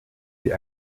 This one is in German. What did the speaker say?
die